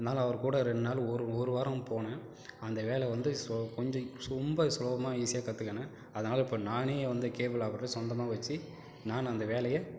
அதனால் அவர் கூட ரெண்டு நாள் ஒரு ஒரு வாரம் போனேன் அந்த வேலை வந்து ஸோ கொஞ்ச ரொம்ப சுலபமாக ஈசியாக கற்றுக்கினேன் அதனால் இப்போ நானே வந்து கேபிள் ஆப்ரேட் சொந்தமாக வச்சு நானும் அந்த வேலையை